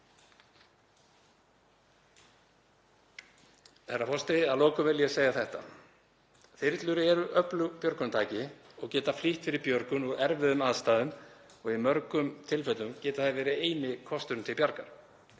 Herra forseti. Að lokum vil ég segja þetta: Þyrlur eru öflugt björgunartæki og geta flýtt fyrir björgun úr erfiðum aðstæðum og í mörgum tilfellum getur það verið eini kosturinn til bjargar.